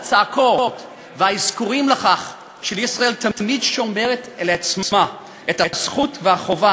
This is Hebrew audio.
הצעקות והאזכורים לכך שישראל תמיד שומרת לעצמה את הזכות והחובה